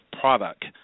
product